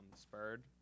spurred